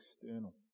external